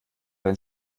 dein